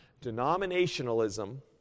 Denominationalism